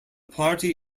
party